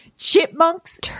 Chipmunks